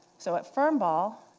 so at firm ball,